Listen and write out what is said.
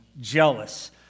jealous